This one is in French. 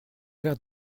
verre